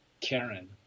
karen